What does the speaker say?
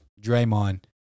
Draymond